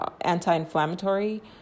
anti-inflammatory